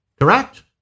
Correct